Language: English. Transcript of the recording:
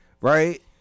right